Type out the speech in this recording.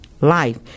life